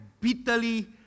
bitterly